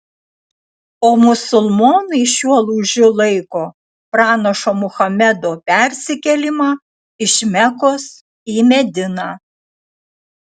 o musulmonai šiuo lūžiu laiko pranašo muhamedo persikėlimą iš mekos į mediną